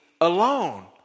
alone